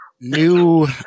new